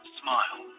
smile